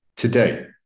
Today